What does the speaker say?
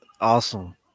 awesome